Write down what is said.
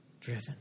Driven